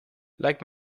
like